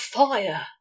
fire